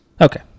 okay